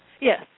Yes